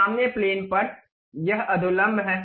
सामने प्लेन पर यह अधोलंब है